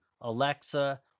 Alexa